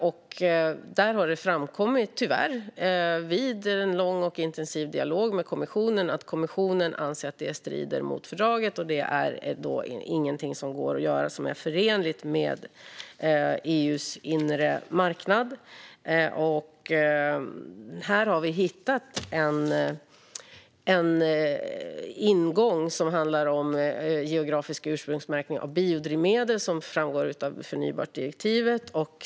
Men under en lång och intensiv dialog med kommissionen har det tyvärr framkommit att kommissionen anser att det strider mot fördraget och inte är förenligt med EU:s inre marknad. Här har vi hittat en ingång som handlar om geografisk ursprungsmärkning av biodrivmedel, som framgår av förnybartdirektivet.